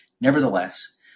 Nevertheless